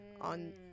on